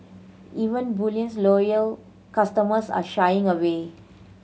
even bullion's loyal customers are shying away